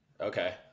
Okay